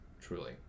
truly